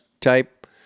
type